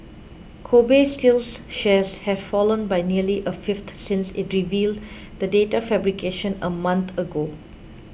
Kobe Steel's shares have fallen by nearly a fifth since it revealed the data fabrication a month ago